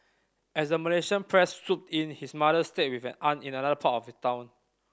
as the Malaysian press swooped in his mother stayed with an aunt in another part of town